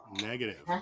Negative